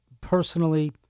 personally